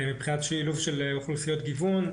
מבחינת שילוב של אוכלוסיות גיוון,